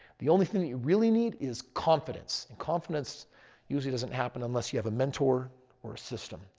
the only thing that you really need is confidence. and confidence usually doesn't happen unless you have a mentor or a system.